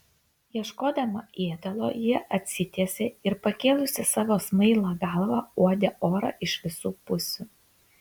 ieškodama ėdalo ji atsitiesė ir pakėlusi savo smailą galvą uodė orą iš visų pusių